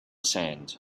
sand